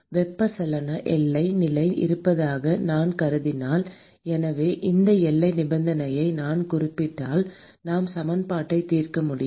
வெப்பச்சலன எல்லை நிலை இருப்பதாக நான் கருதினால் எனவே இந்த எல்லை நிபந்தனையை நான் குறிப்பிட்டால் நாம் சமன்பாட்டை தீர்க்க முடியும்